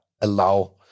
allow